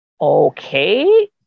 okay